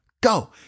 Go